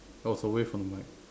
I was away from the mic